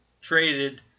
traded